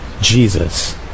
Jesus